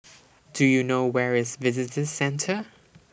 Do YOU know Where IS Visitor Centre